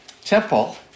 temple